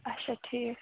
اَچھا ٹھیٖک